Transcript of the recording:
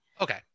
Okay